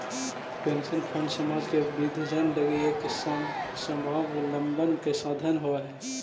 pension fund समाज के वृद्धजन लगी एक स्वाबलंबन के साधन होवऽ हई